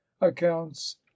accounts